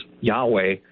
Yahweh